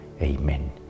Amen